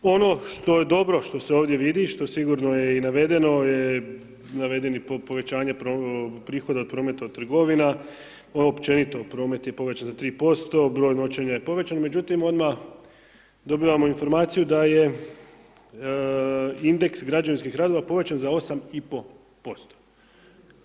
Ono što je dobro što se ovdje vidi i što sigurno je navedeno, navedeni povećanje prihoda od prometa trgovina, općenito promet je povećan za 3%, broj noćenja je povećan, međutim odmah dobivamo informaciju da je indeks građevinskih radova povećan za 8,5%